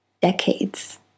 decades